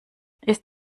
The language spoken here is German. ist